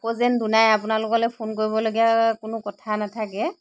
আকৌ যেন দুনাই আপোনালোকলৈ ফোন কৰিবলগীয়া কোনো কথা নাথাকে